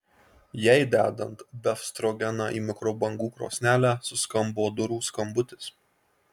jai dedant befstrogeną į mikrobangų krosnelę suskambo durų skambutis